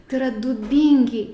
tai yra dubingiai